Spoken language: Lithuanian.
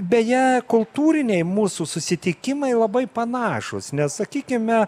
beje kultūriniai mūsų susitikimai labai panašūs nes sakykime